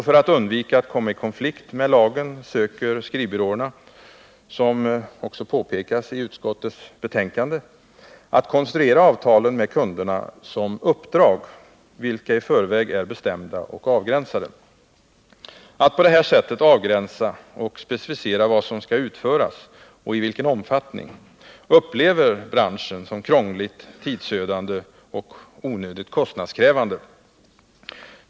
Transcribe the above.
För att undvika att komma i konflikt med lagen söker skrivbyråerna — som också påpekas i utskottsbetänkandet — att konstruera avtalen med kunderna som uppdrag, vilka i förväg är bestämda och avgränsade. Att på det här sättet avgränsa och specificera vad som skall utföras och i vilken omfattning upplever branschen som krångligt, tidsödande och onödigt kostnadskrävande.